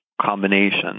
combination